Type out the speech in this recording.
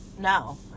No